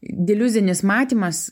diliuzinis matymas